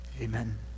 amen